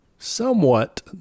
somewhat